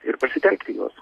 ir pasitelkti juos